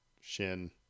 Shin